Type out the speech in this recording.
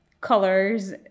colors